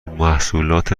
محصولات